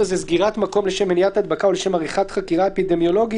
סגירת מקום לשם מניעת הדבקה או לשם עריכת חקירה אפידמיולוגית.